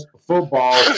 football